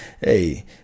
Hey